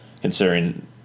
considering